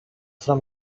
from